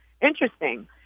Interesting